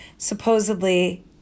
supposedly